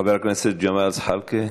חבר הכנסת ג'מאל זחאלקה,